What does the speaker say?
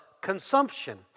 consumption